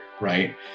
right